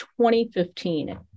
2015